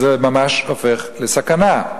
אז זה ממש הופך לסכנה.